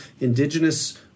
indigenous